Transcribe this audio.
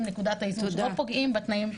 את נקודת האיזון ולא פוגעים בתנאים.